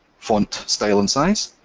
font style and size.